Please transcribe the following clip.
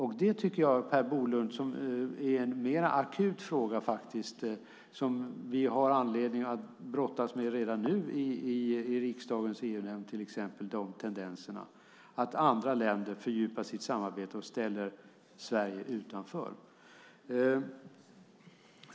Tendenserna att andra länder fördjupar sitt samarbete och ställer Sverige utanför tycker jag är en mer akut fråga som vi redan nu har anledning att brottas med till exempel i riksdagens EU-nämnd, Per Bolund.